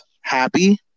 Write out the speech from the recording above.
happy